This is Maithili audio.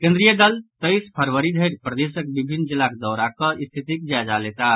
केंद्रीय दल तैईस फरवरी धरि प्रदेशक विभिन्न जिलाक दौरा कऽ स्थितिक जायजा लेताह